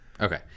Okay